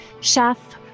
chef